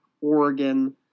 Oregon